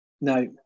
No